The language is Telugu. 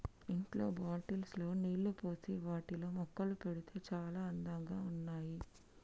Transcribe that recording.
ఇంట్లో బాటిల్స్ లో నీళ్లు పోసి వాటిలో మొక్కలు పెడితే చాల అందంగా ఉన్నాయి